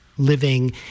living